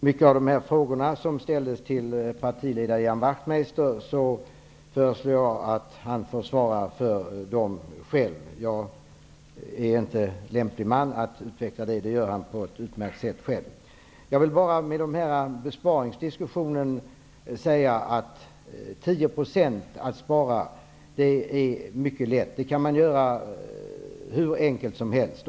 Herr talman! Många av de frågor som ställdes riktades till min partiledare Ian Wachtmeister. Jag anser att han får svara för dem själv. Jag är inte lämplig man att utveckla detta. Det gör han på ett utmärkt sätt själv. När det gäller frågan om besparingar vill jag säga att det är mycket lätt att spara 10 %. Det kan man göra hur enkelt som helst.